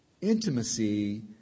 intimacy